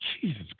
Jesus